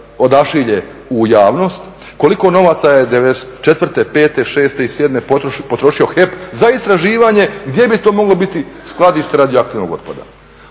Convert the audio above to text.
odašilje u javnost, koliko novaca je '94., '95., '96. i '97. potrošio HEP za istraživanje gdje bi to moglo biti skladište radioaktivnog otpada,